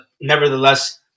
nevertheless